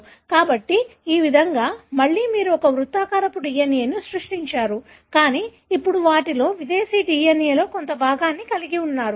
కాబట్టి ఈ విధంగా మళ్లీ మీరు ఒక వృత్తాకార DNA ని సృష్టించారు కానీ ఇప్పుడు వాటిలో విదేశీ DNA లో కొంత భాగాన్ని కలిగి ఉన్నారు